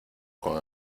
con